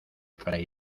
fray